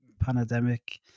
pandemic